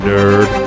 Nerd